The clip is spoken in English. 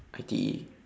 I_T_E